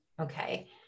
okay